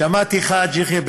שמעתי, חאג' יחיא,